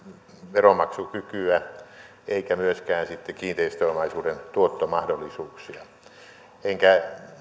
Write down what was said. veronmaksukykyä eikä myöskään sitten kiinteistöomaisuuden tuottomahdollisuuksia enkä